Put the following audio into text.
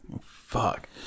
Fuck